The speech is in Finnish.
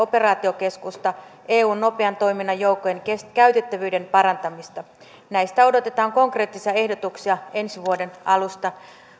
operaatiokeskusta eun nopean toiminnan joukkojen käytettävyyden parantamista näistä odotetaan konkreettisia ehdotuksia ensi vuoden alusta